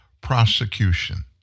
prosecution